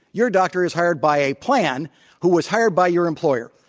your doctor is hired by a plan who was hired by your employer.